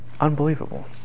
unbelievable